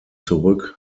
zurück